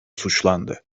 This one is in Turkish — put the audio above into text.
suçlandı